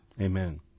Amen